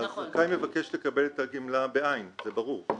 הזכאי מבקש לקבל את הגמלה בעין, זה ברור.